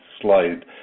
slide